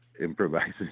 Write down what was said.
improvising